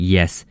Yes